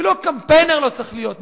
אפילו הקמפיינר לא צריך להיות מכאן.